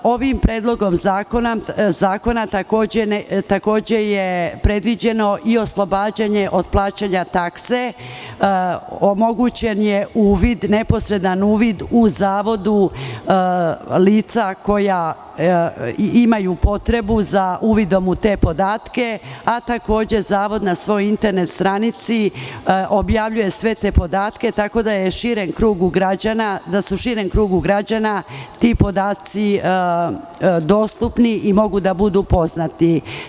Ovim predlogom zakona takođe je predviđeno i oslobađanje od plaćanje takse, omogućen je neposredan uvid u zavodu lica koja imaju potrebu za uvidom u te podatke, a takođe zavod na svojoj internet stranici objavljuje sve te podatke, tako da su širem krugu građana ti podaci dostupni i mogu da budu poznati.